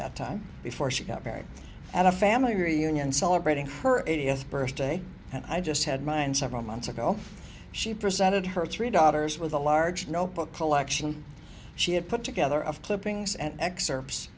that time before she got married at a family reunion celebrating her eightieth birthday and i just had mine several months ago she presented her three daughters with a large no book collection she had put together of clippings and excerpts